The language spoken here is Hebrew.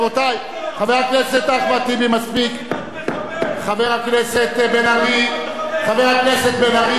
חבר הכנסת אחמד טיבי, חבר הכנסת אחמד טיבי,